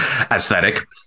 aesthetic